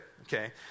Okay